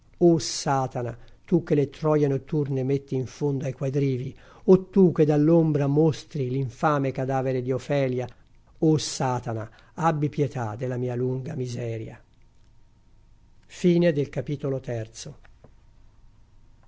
o satana tu che le troie notturne metti in fondo ai quadrivii o tu che dall'ombra mostri l'infame cadavere di ofelia o satana abbi pietà della mia lunga miseria